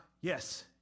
yes